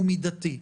הוא מידתי,